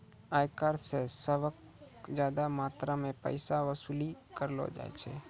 आयकर स सबस ज्यादा मात्रा म पैसा वसूली कयलो जाय छै